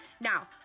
Now